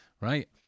Right